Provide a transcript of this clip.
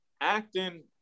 Acting